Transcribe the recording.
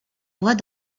bois